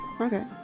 Okay